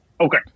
okay